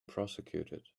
prosecuted